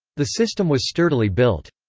the system was sturdily built.